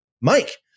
Mike